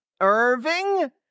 Irving